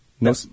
no